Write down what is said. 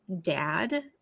dad